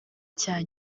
cya